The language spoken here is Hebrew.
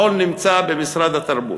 החול נמצא במשרד התרבות.